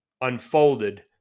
unfolded